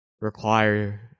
require